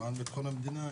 למען ביטחון המדינה,